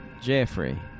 Jeffrey